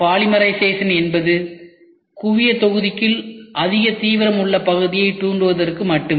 polymerisation என்பது குவிய தொகுதிக்குள் அதிக தீவிரம் உள்ள பகுதியைத் தூண்டுவதற்கு மட்டுமே